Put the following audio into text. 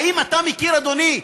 האם אתה מכיר, אדוני היושב-ראש,